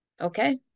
okay